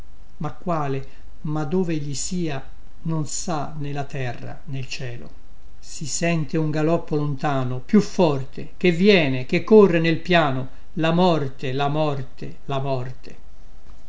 ma quale ma dove egli sia non sa né la terra né il cielo si sente un galoppo lontano più forte che viene che corre nel piano la morte la morte la morte